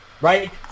right